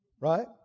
Right